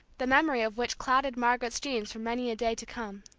the memory of which clouded margaret's dreams for many a day to come.